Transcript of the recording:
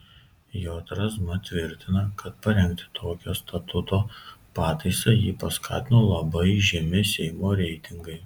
j razma tvirtina kad parengti tokią statuto pataisą jį paskatino labai žemi seimo reitingai